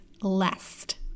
lest